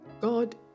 God